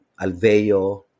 Alveo